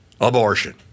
abortion